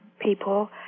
people